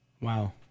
Wow